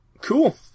Cool